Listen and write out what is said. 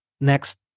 next